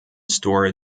store